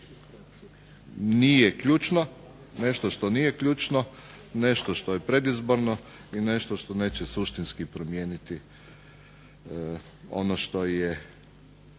sigurno je nešto što nije ključno, nešto što je predizborno i nešto što neće suštinski promijeniti ono što je